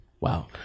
Wow